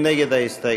מי נגד ההסתייגות?